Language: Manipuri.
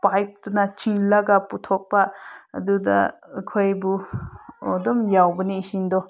ꯄꯥꯏꯞꯇꯨꯅ ꯆꯤꯡꯉꯒ ꯄꯨꯊꯣꯛꯄ ꯑꯗꯨꯗ ꯑꯩꯈꯣꯏꯕꯨ ꯑꯗꯨꯝ ꯌꯥꯎꯕꯅꯤ ꯏꯁꯤꯡꯗꯣ